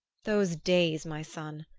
those days, my son!